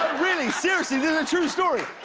really, seriously, this is a true story.